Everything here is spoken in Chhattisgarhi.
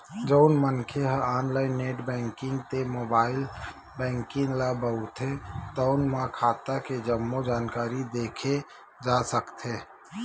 जउन मनखे ह ऑनलाईन नेट बेंकिंग ते मोबाईल बेंकिंग ल बउरथे तउनो म खाता के जम्मो जानकारी देखे जा सकथे